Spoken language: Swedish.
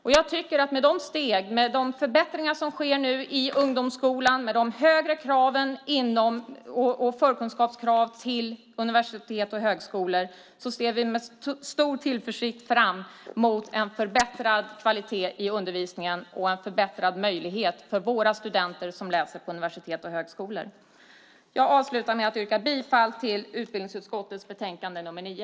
Med de steg som har tagits, med de förbättringar som nu sker i ungdomsskolan och med de högre förkunskapskraven när det gäller universitet och högskolor ser vi med stor tillförsikt fram emot en förbättrad kvalitet i undervisningen och en förbättrad möjlighet för våra studenter som läser på universitet och högskolor. Jag avslutar med att yrka bifall till förslaget i utbildningsutskottets betänkande nr 9.